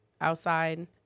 outside